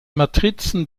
matrizen